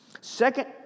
Second